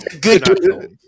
good